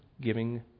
giving